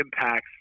impacts